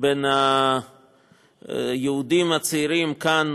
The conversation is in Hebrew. בין היהודים הצעירים כאן,